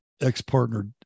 Ex-partner